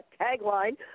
tagline